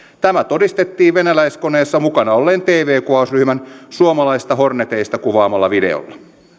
tämä todistettiin venäläiskoneessa mukana olleen tv kuvausryhmän suomalaisista horneteista kuvaamalla videolla